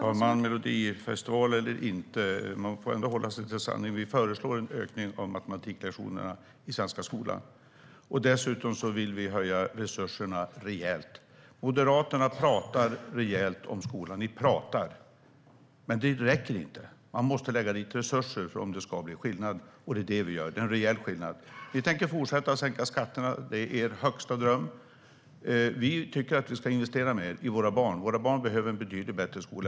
Fru talman! Melodifestival eller inte - man får ändå hålla sig till sanningen. Vi föreslår en ökning av matematiklektionerna i den svenska skolan. Dessutom vill vi öka resurserna rejält. Moderaterna pratar rejält om skolan. Ni pratar. Men det räcker inte. Man måste lägga dit resurser om det ska bli skillnad, och det är det vi gör. Det är en rejäl skillnad. Ni tänker fortsätta sänka skatterna; det är er högsta dröm. Vi tycker att vi ska investera mer i våra barn, och våra barn behöver en betydligt bättre skola.